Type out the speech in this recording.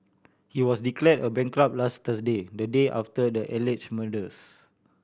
he was declared a bankrupt last Thursday the day after the alleged murders